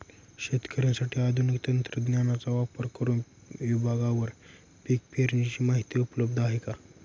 शेतकऱ्यांसाठी आधुनिक तंत्रज्ञानाचा वापर करुन विभागवार पीक पेरणीची माहिती उपलब्ध आहे का?